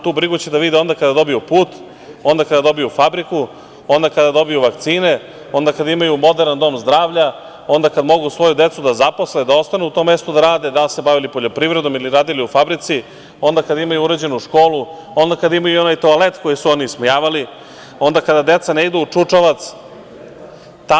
Tu brigu će da vide onda kada dobiju put, onda kada dobiju fabriku, onda kada dobiju vakcine, onda kada imaju moderan dom zdravlja, onda kada mogu svoju decu da zaposle, da ostanu u tom mestu da rade da bi se bavili poljoprivredom ili radili u fabrici, onda kada imaju uređenu školu, onda kada imaju i onaj toalet koji su oni ismejavali, onda kada deca ne idu u čučavac.